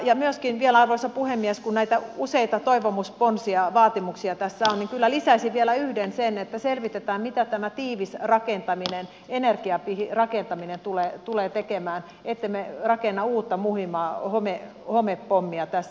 ja myöskin vielä arvoisa puhemies kun näitä useita toivomusponsia vaatimuksia tässä on niin kyllä lisäisin vielä yhden sen että selvitetään mitä tämä tiivis rakentaminen energiapihi rakentaminen tulee tekemään ettemme rakenna uutta muhivaa homepommia tässä